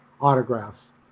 autographs